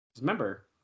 Remember